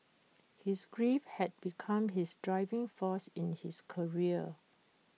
his grief had become his driving force in his career